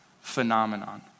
phenomenon